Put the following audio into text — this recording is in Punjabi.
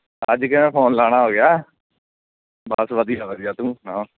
ਅੱਜ ਕਿਵੇਂ ਫੋਨ ਲਾਉਣਾ ਹੋ ਗਿਆ ਬਸ ਵਧੀਆ ਵਧੀਆ ਤੂੰ ਸੁਣਾ